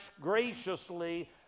graciously